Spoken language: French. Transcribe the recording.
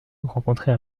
rencontrée